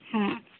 हां